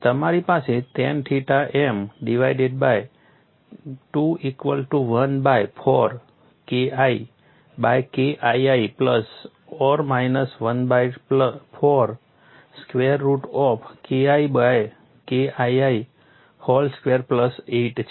તમારી પાસે ten theta m divided by 2 equal to 1 by 4 KI by KII plus or minus 1 by 4 square root of KI by KII whole square plus 8 છે